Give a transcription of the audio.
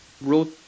wrote